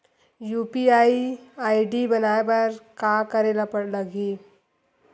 UPI ID बनाये बर का करे ल लगही?